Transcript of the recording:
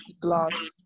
glass